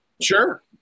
sure